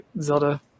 Zelda